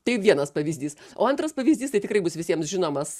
tai vienas pavyzdys o antras pavyzdys tai tikrai bus visiems žinomas